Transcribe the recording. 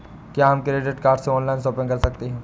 क्या हम credit card से ऑनलाइन शॉपिंग कर सकते हैं?